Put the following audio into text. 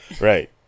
Right